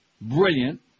brilliant